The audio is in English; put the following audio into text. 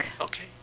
okay